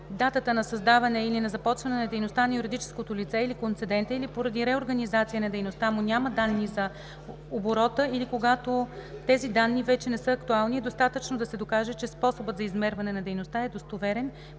датата нa създаване или на започване на дейността на юридическото лице или концедента или поради реорганизация на дейността му няма данни за оборота или когато тези данни вече не са актуални, е достатъчно да се докаже, че способът за измерване на дейността е достоверен,